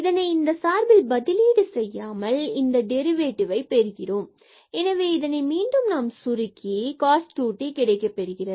இதனை இந்த சார்பில் பதிலீடு செய்யாமல் நாம் இந்த டெரிவேட்டிவ் ஐ பெறுகின்றோம் எனவே இதனை மீண்டும் நாம் சுருக்கி நம்மிடம் cos 2t கிடைக்கப்பெறுகிறது